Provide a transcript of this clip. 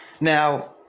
Now